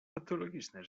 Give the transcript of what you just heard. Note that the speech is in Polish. patologiczne